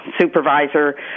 supervisor